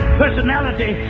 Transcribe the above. personality